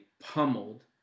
pummeled